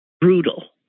brutal